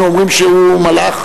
היינו אומרים שהוא מלאך.